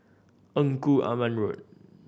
Engku Aman Road